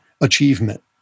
achievement